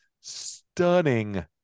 stunning